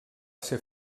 ser